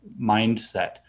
mindset